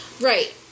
Right